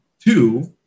two